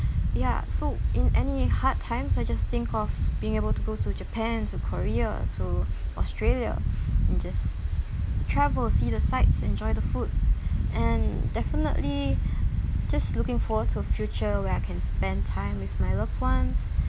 ya so in any hard times I just think of being able to go to japan to korea to australia just travel see the sights enjoy the food and definitely just looking forward to a future where I can spend time with my loved ones